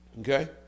Okay